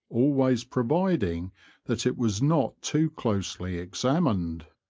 al ways providing that it was not too closely examined.